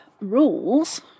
rules